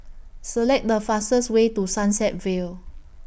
Select The fastest Way to Sunset Vale